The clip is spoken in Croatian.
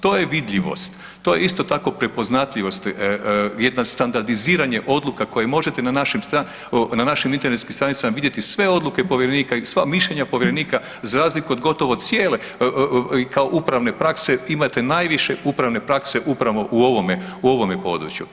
To je vidljivost, to je isto tako prepoznatljivost, jedno standardiziranje odluka koje možete na našim internetskim stranicama vidjeti sve odluke povjerenika i sva mišljenja povjerenika, za razliku od gotovo cijele kao upravne prakse imate najviše upravne prakse upravo u ovome području.